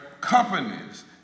companies